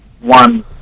one